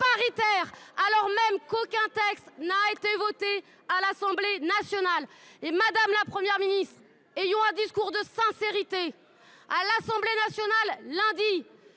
paritaire, alors qu’aucun texte n’a été voté à l’Assemblée nationale. Madame la Première ministre, tenons un discours de sincérité. À l’Assemblée nationale, lundi